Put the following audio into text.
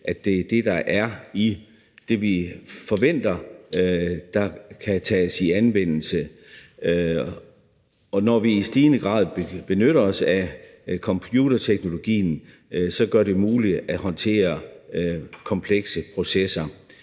der hører dertil, er det, vi forventer kan tages i anvendelse, og at det, når vi i stigende grad benytter os af computerteknologien, så gør det muligt at håndtere komplekse processer.